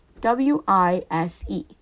W-I-S-E